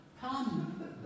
Come